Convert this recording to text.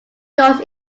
goals